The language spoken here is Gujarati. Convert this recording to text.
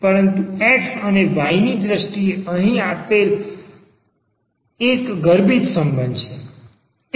પરંતુ તે x અને y ની દ્રષ્ટિએ અહીં આપવામાં આવેલ એક ગર્ભિત સંબંધ છે